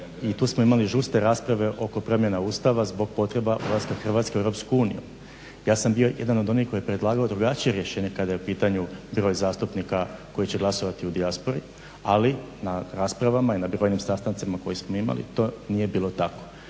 i tu smo imali žustre rasprave oko promjena Ustava zbog potreba ulaska Hrvatske u Europsku uniju. Ja sam bio jedan od onih koji je predlagao drugačije rješenje kada je u pitanju … zastupnika koji će glasovati u dijaspori ali na raspravama je, na brojnim sastancima koje smo imali to nije bilo tako.